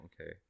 okay